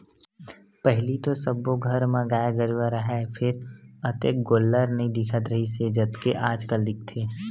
पहिली तो सब्बो घर म गाय गरूवा राहय फेर अतेक गोल्लर नइ दिखत रिहिस हे जतेक आजकल दिखथे